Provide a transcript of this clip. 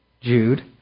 Jude